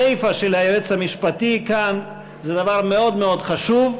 הסיפה של היועץ המשפטי כאן זה דבר מאוד מאוד חשוב.